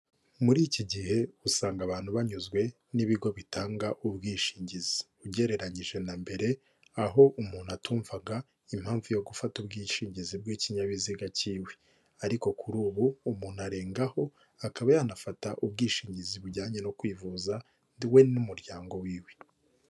Muri iki gihe usanga abantu banyuzwe n'ibigo bitanga ubwishingizi. ugereranyije na mbere aho umuntu atumvaga impamvu yo gufata ubwishingizi bw'ikinyabiziga cyiwe, ariko kuri ubu umuntu arengaho akaba yanafata ubwishingizi bujyanye no kwivuza we n'umuryango wiwe.